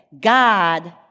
God